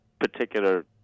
particular